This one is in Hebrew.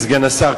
אדוני סגן השר,